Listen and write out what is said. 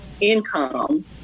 income